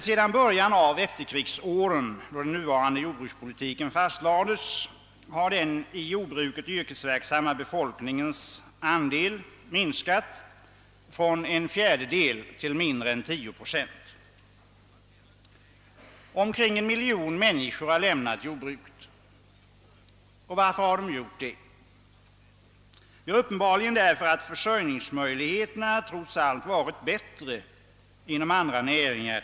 Sedan början av efterkrigsåren då den nuvarande jordbrukspolitiken fastlades har den i jordbruket yrkesverksamma befolkningen minskat från en fjärdedel till mindre än 10 procent av landets befolkning. Omkring 1 miljon människor har lämnat jordbruket. Varför? Jo, uppenbarligen därför att försörjningsmöjligheterna trots allt har varit bättre inom andra näringar.